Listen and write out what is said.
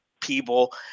people